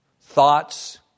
Thoughts